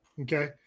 Okay